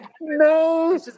no